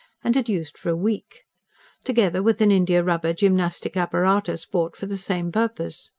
and had used for a week together with an india-rubber gymnastic apparatus bought for the same purpose.